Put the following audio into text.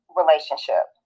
relationship